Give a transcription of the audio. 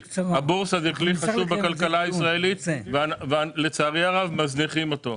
הבורסה זה כלי חשוב בכלכלה הישראלית ולצערי הרב מזניחים אותו.